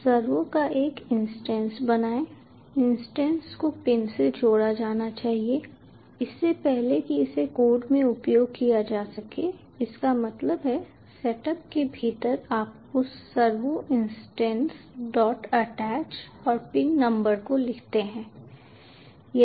servo का एक instance बनाएं इंस्टेंस को पिन से जोड़ा जाना चाहिए इससे पहले कि इसे कोड में उपयोग किया जा सके इसका मतलब है सेटअप के भीतर आप उस Servoinstanceattach और पिन नंबर को लिखते हैं